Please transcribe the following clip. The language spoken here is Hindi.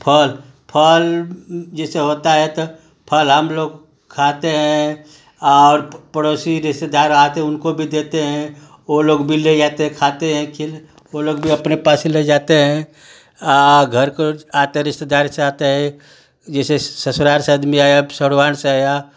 फल फल जैसे होता है तो फल हम लोग खाते हैं और पड़ोसी रिश्तेदार आये थे तो उनको भी देते हैं वो लोग भी ले जाते हैं खाते हैं खिल उ लोग भी अपने पास ही ले जाते हैं घर को आ कर रिश्तेदार से आता है जैसे ससुराल से आदमी आया सरवान से आया